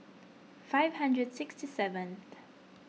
five hundred sixty seventh